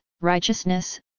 righteousness